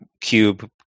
cube